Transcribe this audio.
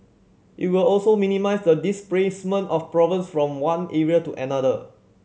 it will also minimise the displacement of problems from one area to another